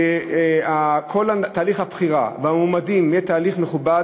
שכל תהליך הבחירה והגשת המועמדים יהיה תהליך מכובד,